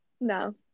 no